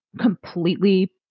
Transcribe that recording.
completely